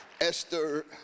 Esther